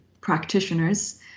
practitioners